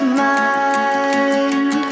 mind